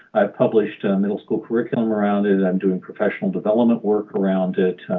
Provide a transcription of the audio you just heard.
i've published middle school curriculum around it i'm doing professional development work around it.